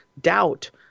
doubt